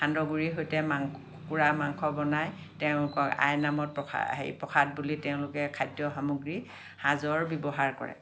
সান্দহ গুড়ি সৈতে মাংস কুকুৰা মাংস বনাই তেওঁলোকৰ আইনামৰ প্ৰসাদ হেৰি প্ৰসাদ বুলি তেওঁলোকে খাদ্য সামগ্ৰী সাজৰ ব্য়ৱহাৰ কৰে